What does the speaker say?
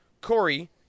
Corey